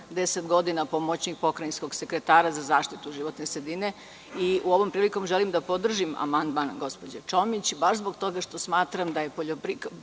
deset godina pomoćnik pokrajinskog sekretara za zaštitu životne sredine. Ovom prilikom želim da podržim amandman gospođe Čomić, baš zbog toga što smatram da je poljoprivreda